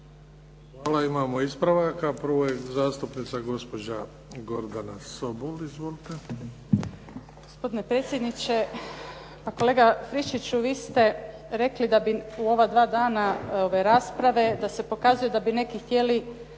Hvala. Imamo ispravaka. Prvo je zastupnica gospođa Gordana Sobol. Izvolite. **Sobol, Gordana (SDP)** Pa gospodine predsjedniče, pa kolega Friščiću vi ste rekli da bi u ova dva dana ove rasprave da se pokazuje da bi neki htjeli